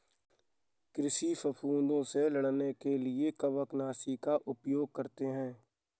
कृषि फफूदों से लड़ने के लिए कवकनाशी का उपयोग करते हैं